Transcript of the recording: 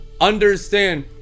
Understand